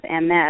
MS